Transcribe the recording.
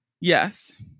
Yes